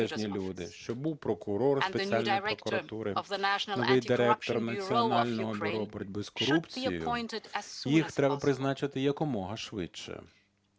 новий директор Національного бюро боротьби з корупцією. Їх треба призначати якомога швидше.